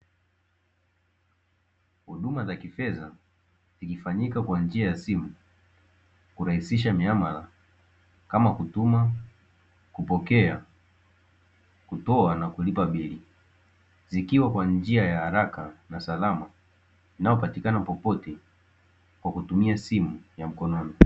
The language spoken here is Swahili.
Huduma za kifedha zikifanyika kwa njia ya simu kurahisisha miamala kama: kutuma, kupokea, na kulipa bili zikiwa kwa njia ya haraka na salama inayopatikana popote kwa kutumia simu ya mkononi.